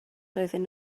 doedden